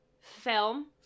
film